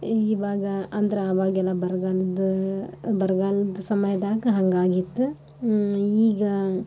ಇವಾಗ ಅಂದ್ರೆ ಆವಾಗೆಲ್ಲ ಬರಗಾಲದ ಬರಗಾಲದ ಸಮಯದಾಗೆ ಹಂಗಾಗಿತ್ತು ಈಗ